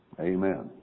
Amen